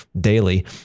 daily